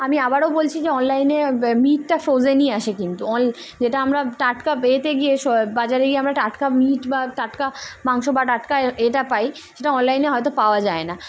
আমি আবারও বলছি যে অনলাইনে মিটটা ফ্রোজেনই আসে কিন্তু অন যেটা আমরা টাটকা এতে গিয়ে বাজারে গিয়ে আমরা টাটকা মিট বা টাটকা মাংস বা টাটকা এটা পাই সেটা অনলাইনে হয়তো পাওয়া যায় না